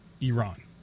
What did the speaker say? Iran